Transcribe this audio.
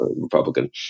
Republican